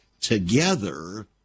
together